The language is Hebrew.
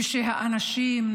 ושהאנשים,